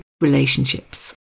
relationships